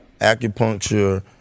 acupuncture